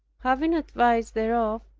having advice thereof,